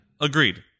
Agreed